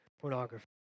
pornography